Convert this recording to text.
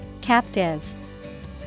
Captive